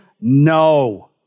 no